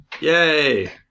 Yay